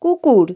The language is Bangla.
কুকুর